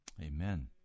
Amen